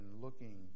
looking